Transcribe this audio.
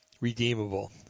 redeemable